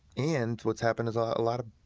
and what's happened is a lot of,